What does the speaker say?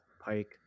pike